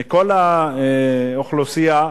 מכל האוכלוסייה,